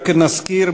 רק נזכיר,